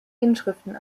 inschriften